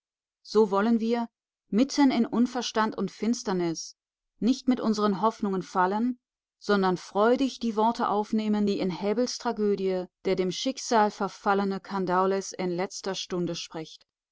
so wollen wir mitten in unverstand und finsternis nicht mit unseren hoffnungen fallen sondern freudig die worte aufnehmen die in hebbels tragödie der dem schicksal verfallene kandaules in letzter stunde spricht